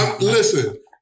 Listen